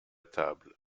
table